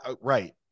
Right